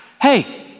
Hey